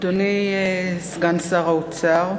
אדוני סגן שר האוצר,